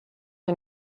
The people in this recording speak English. are